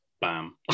Bam